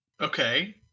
okay